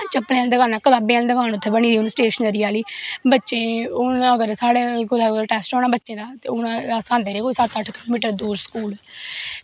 चप्पलें आह्ली दकान कताबें आह्ली दकान उत्थैं बनी दी हून स्चेशनरी आह्ली बच्चें गी अगर कुदै टैस्ट होना बच्चें दा ते अस हून आंदे रेह् सत्त अट्ठ किलो मीटरदूर स्कूल